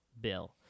bill